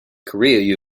korea